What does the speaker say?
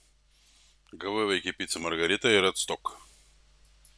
gavai vaike picą margaritą ir atstok